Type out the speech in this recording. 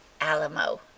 Alamo